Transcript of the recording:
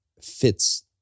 fits